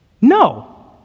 No